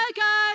go